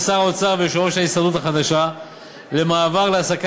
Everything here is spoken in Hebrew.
שר האוצר ויושב-ראש ההסתדרות החדשה למעבר להעסקה